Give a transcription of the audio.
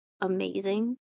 amazing